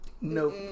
Nope